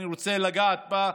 שאני רוצה לגעת בה,